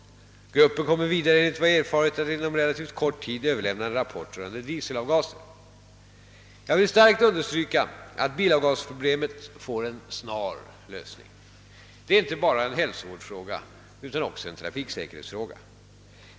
Gruppen kommer vidare enligt vad jag erfarit att inom relativt kort tid överlämna en rapport rörande dieselavgaser. Jag vill starkt understryka att bilavgasproblemet bör få en snar lösning. Det är inte bara en hälsovårdsfråga utan också en trafiksäkerhetsfråga.